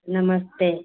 नमस्ते